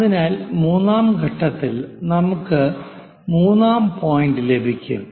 അതിനാൽ മൂന്നാം ഘട്ടത്തിൽ നമുക്ക് മൂന്നാം പോയിന്റ് ലഭിക്കും